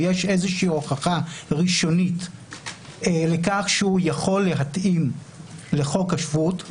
שיש איזושהי הוכחה ראשונית לכך שהוא יכול להתאים לחוק השבות.